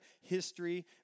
history